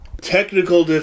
Technical